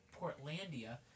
Portlandia